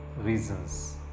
reasons